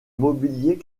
mobilier